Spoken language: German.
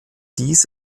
dies